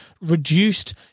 reduced